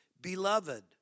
Beloved